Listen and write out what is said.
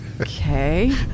Okay